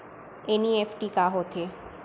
NEFT का होथे?